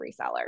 reseller